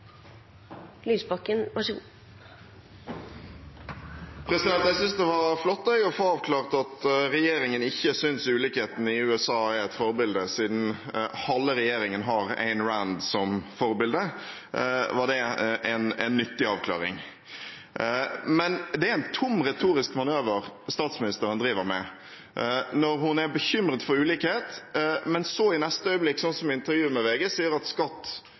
Jeg synes det var flott å få avklart at regjeringen ikke synes ulikhetene i USA er et forbilde. Siden halve regjeringen har Ayn Rand som forbilde, var det en nyttig avklaring. Men det er en tom retorisk manøver statsministeren driver med når hun er bekymret for ulikhet, men så i neste øyeblikk, sånn som i intervjuet med VG, sier at skatt